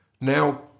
now